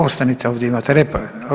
Ostanite ovdje imate repliku.